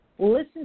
listen